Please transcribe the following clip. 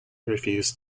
refused